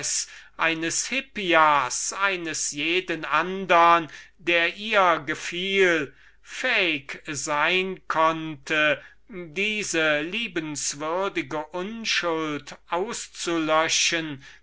eines alcibiades eines hippias eines jeden andern der ihr gefiel fähig sein konnte diese liebenswürdige unschuld auszulöschen